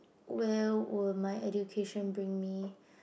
where will my education bring me